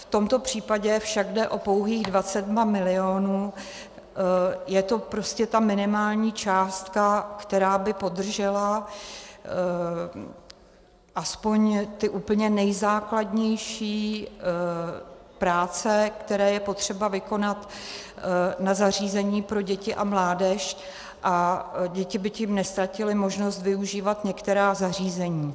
V tomto případě však jde o pouhých 22 milionů, je to prostě ta minimální částka, která by podržela aspoň ty úplně nejzákladnější práce, které je potřeba vykonat na zařízení pro děti a mládež, děti by tím neztratily možnost využívat některá zařízení.